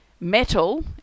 Metal